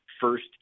first